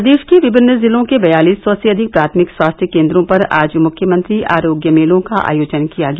प्रदेश के विभिन्न जिलों के बयालीत्त सौ से अधिक प्राथमिक स्वास्थ्य केंद्रों पर आज मुख्यमंत्री आरोग्य मेलों का आयोजन किया गया